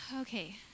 Okay